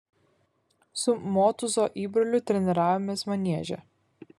su motūzo įbroliu treniravomės manieže